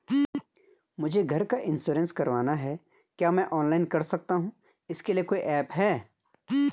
मुझे घर का इन्श्योरेंस करवाना है क्या मैं ऑनलाइन कर सकता हूँ इसके लिए कोई ऐप है?